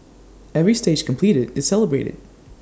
every stage completed is celebrated